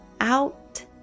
Out